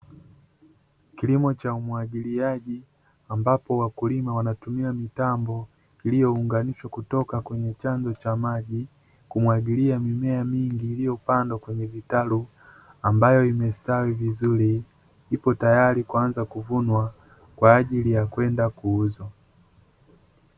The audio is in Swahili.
Kilimo cha umwagiliaji ambapo wakulima wanatumia mitambo iliyounganishwa kutoka kwenye chanzo cha maji, kumwagilia mimea mingi iliyopandwa kwenye vitalu ambayo imestawi vizuri ipo tayari kuanza kuvunwa kwa ajili ya kwenda kuuzwa.